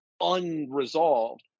unresolved